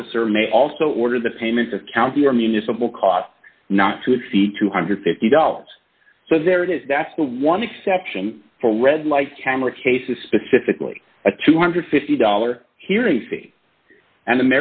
officer may also order the payments of county or municipal costs not to exceed two hundred and fifty dollars so there it is that's the one exception for red light camera cases specifically a two hundred and fifty dollars hearing see an